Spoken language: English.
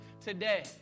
today